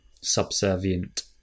subservient